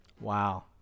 Wow